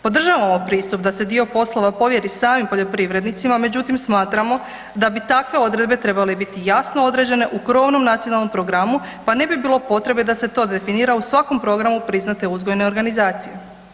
Podržavamo pristup da se dio poslova povjeri samim poljoprivrednicima, međutim smatramo da bi takve odredbe trebale biti jasno određene u krovnom Nacionalnom programu, pa ne bi bilo potrebe da se to definira u svakom programu priznate uzgojne organizacije.